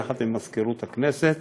יחד עם מזכירות הכנסת,